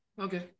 Okay